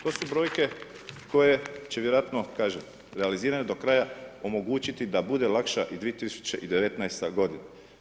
To su brojke koje će vjerojatno kažem realizirane do kraja omogućiti da bude lakša i 2019. godina.